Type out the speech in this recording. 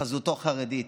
חזותו חרדית.